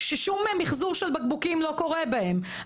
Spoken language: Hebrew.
ששום מחזור של בקבוקים לא קורה בהם.